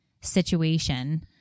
situation